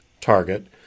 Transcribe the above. target